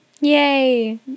Yay